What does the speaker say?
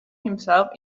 himself